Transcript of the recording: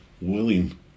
willing